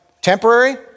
Temporary